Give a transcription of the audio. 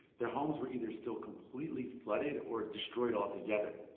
their homes were either still completely flooded or destroyed altogether.